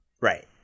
Right